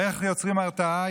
איך יוצרים הרתעה?